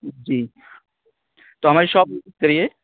جی تو ہماری شاپ کریئے